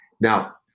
Now